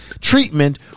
treatment